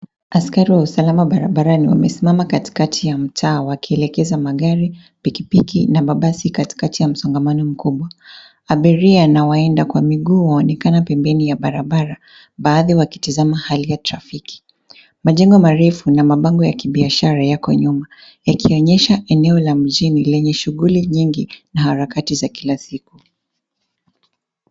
Askari wa usalama barabarani wamesimama katikati ya mtaa wakielekeza magari, pikipiki na mabasi katikati ya msongamano mkubwa. Abiria na waenda kwa miguu waonekana pembeni ya barabara baadhi ya wakitizama hali ya trafiki. Majengo marefu na mabango ya kibiashara yako nyuma yakionyesha eneo la mjini lenye shughuli nyingi na harakati za kila siku.